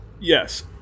Yes